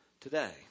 today